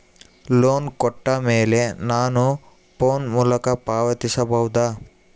Loan ಕೊಟ್ಟ ಮೇಲೆ ನಾನು ಫೋನ್ ಮೂಲಕ ಪಾವತಿಸಬಹುದಾ?